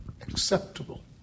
acceptable